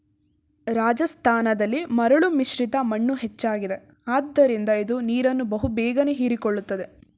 ರಾಜಸ್ಥಾನದಲ್ಲಿ ಮರಳು ಮಿಶ್ರಿತ ಮಣ್ಣು ಹೆಚ್ಚಾಗಿದೆ ಆದ್ದರಿಂದ ಇದು ನೀರನ್ನು ಬಹು ಬೇಗನೆ ಹೀರಿಕೊಳ್ಳುತ್ತದೆ